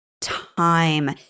time